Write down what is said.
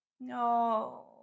No